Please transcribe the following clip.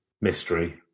mystery